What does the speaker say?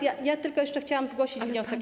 Ja tylko jeszcze chciałam zgłosić wniosek.